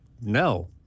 no